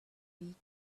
week